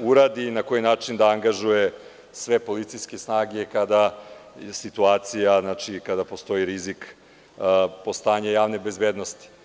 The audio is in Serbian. uradi i na koji način da angažuje sve policijske snage kada situacija, kada postoji rizik po stanje javne bezbednosti.